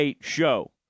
show